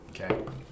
Okay